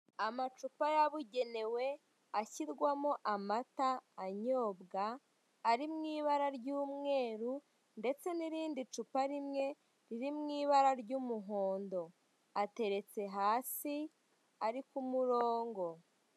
Amacupa yabugenewe, ashyirwamo amata anyobwa, ari mu ibara ry'umweru, ndetse n'irindi cupa rimwe riri mu ibara ry'umuhondo; ateretse hasi ari ku murongo.